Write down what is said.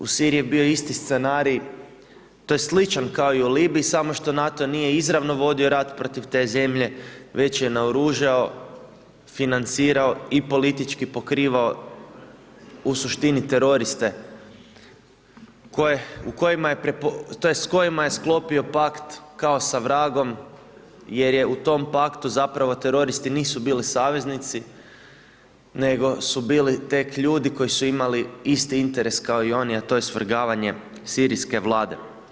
U Siriji je bio isti scenarij, tj. sličan kao i u Libiji samo što NATO nije izravno vodio rat protiv te zemlje, već je naoružao, financirao i politički pokrivao u suštini teroriste u kojima je, tj. s kojima je sklopio pak kao sa vragom jer je u tom paktu zapravo teroristi nisu bili saveznici nego su bili tek ljudi koji su imali isti interes kao i oni a to je svrgavanje Sirijske Vlade.